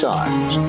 Times